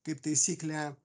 kaip taisyklė